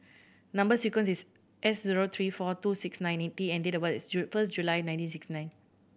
number sequence is S zero three four two six nine eight T and date of birth is first July nineteen sixty nine